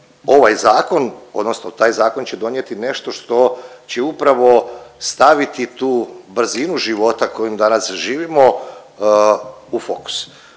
ovaj zakon, odnosno taj zakon će donijeti nešto što će upravo staviti tu brzinu života kojim danas živimo u fokus.